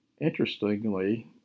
Interestingly